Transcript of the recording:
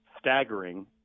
staggering